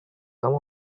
come